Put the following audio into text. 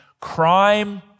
crime